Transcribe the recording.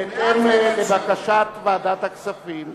בהתאם לבקשת ועדת הכספים.